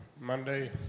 Monday